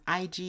IG